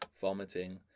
vomiting